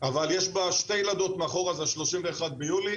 אבל יש בה שתי ילדות מאחורה ב-31 ביולי,